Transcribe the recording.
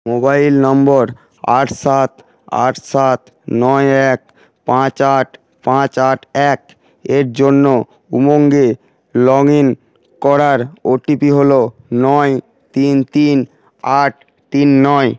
mobile নম্বর আট সাত আট সাত নয় এক পাঁচ আট পাঁচ আট এক এর জন্য উমঙে লগ ইন করার ওটিপি হলো নয় তিন তিন আট তিন নয়